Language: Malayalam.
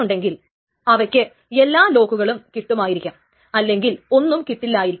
ബെസിക് ടൈംസ്റ്റാബ് പ്രോട്ടോകോൾ മറ്റ് അനുവദിക്കാതെയുള്ള കൂടുതൽ ഷെഡ്യൂളുകളെ അനുവദിക്കുന്നു